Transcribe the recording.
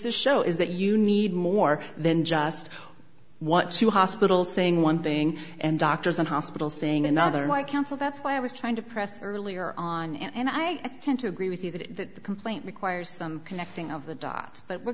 s show is that you need more than just want to hospital saying one thing and doctors and hospitals saying another why counsel that's why i was trying to press earlier on and i tend to agree with you that the complaint requires some connecting of the dots but we're